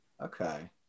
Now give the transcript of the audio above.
Okay